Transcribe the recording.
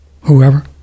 whoever